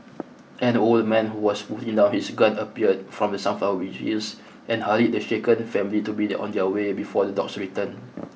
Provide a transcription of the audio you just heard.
an old man who was putting down his gun appeared from the sunflower and hurried the shaken family to be on their way before the dogs return